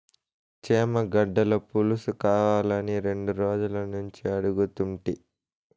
చేమగడ్డల పులుసుకావాలని రెండు రోజులనుంచి అడుగుతుంటి